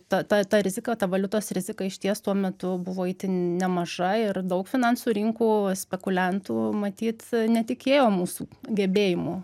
ta ta ta rizika valiutos rizika išties tuo metu buvo itin nemaža ir daug finansų rinkų spekuliantų matyt netikėjo mūsų gebėjimu